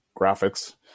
graphics